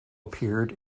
appeared